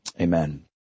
Amen